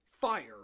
fire